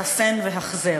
חסן והחזר".